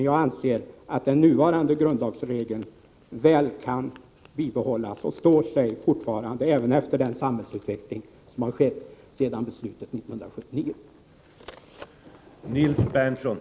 Jag anser emellertid att den nuvarande grundlagsregeln väl kan bibehållas och fortfarande står sig, även efter den samhällsutveckling som ägt rum sedan beslutet 1979.